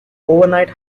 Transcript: overnight